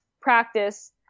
practice